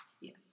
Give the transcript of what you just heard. Yes